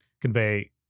convey